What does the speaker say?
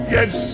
Yes